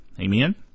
Amen